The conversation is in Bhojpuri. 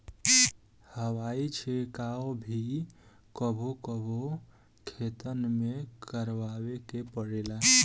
हवाई छिड़काव भी कबो कबो खेतन में करावे के पड़ेला